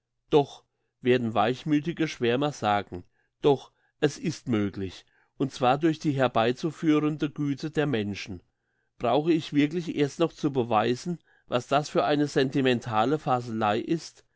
doch werden weichmüthige schwärmer sagen doch es ist möglich und zwar durch die herbeizuführende güte der menschen brauche ich wirklich erst noch zu beweisen was das für eine sentimentale faselei ist